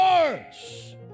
words